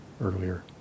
earlier